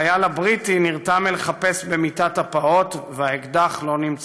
החייל הבריטי נרתע מלחפש במיטת הפעוט והאקדח לא נמצא.